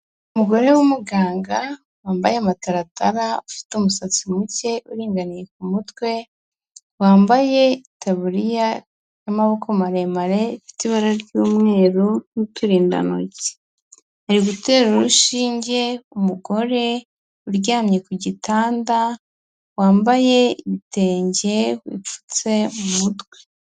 Umugore w'umuganga wambaye amataratara ufite umusatsi muke uringaniye ku mutwe, wambaye itaburiya y'amaboko maremare ifite ibara ry'umweru n'uturindantoki, ari gutera urushinge umugore uryamye ku gitanda wambaye ibitenge wipfutse mu mutwe.